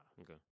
Okay